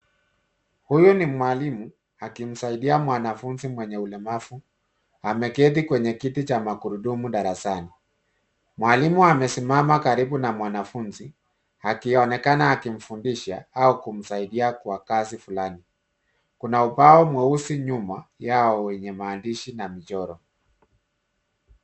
Huyu ni mwalimu, akimsaidia mwanafunzi mwenye ulemavu. Ameketi kwenye kiti cha magurudumu darasani. Mwalimu amesimama karibu na mwanafunzi, akionekana akimfundisha, au kumsaidia kwa kazi fulani. Kuna ubao mweusi nyuma yao, wenye maandishi na michoro.